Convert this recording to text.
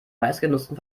meistgenutzten